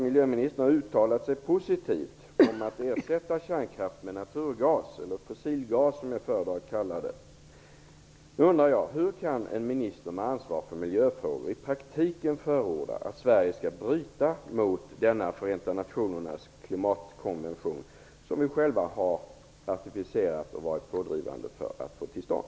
Miljöministern har uttalat sig positivt om att ersätta kärnkraft med naturgas, eller fossilgas, som jag föredrar att kalla det. Nu undrar jag: Hur kan en minister med ansvar för miljöfrågor i praktiken förorda att vi i Sverige skall bryta mot denna Förenta Nationernas klimatkonvention som vi själva har ratificerat och varit pådrivande för att få till stånd?